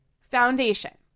foundation